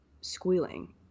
squealing